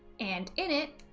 and in it,